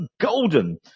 golden